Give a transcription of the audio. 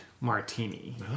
Martini